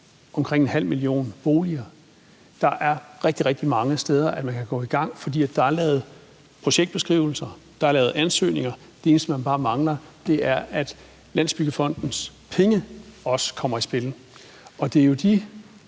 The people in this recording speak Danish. omkring en halv million boliger. Der er rigtig, rigtig mange steder, hvor man kan gå i gang, for der er lavet projektskrivelser, der er lavet af ansøgninger. Det eneste, man bare mangler, er, at Landsbyggefondens penge også kommer i spil. Det er jo de